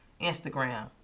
Instagram